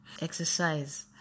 Exercise